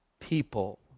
people